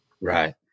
Right